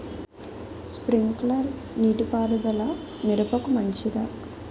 Sprinkler నీటిపారుదల మిరపకు మంచిదా?